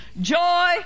Joy